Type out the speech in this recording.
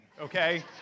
okay